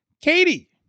Katie